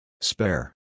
Spare